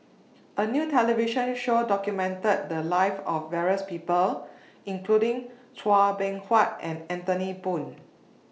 A New television Show documented The Lives of various People including Chua Beng Huat and Anthony Poon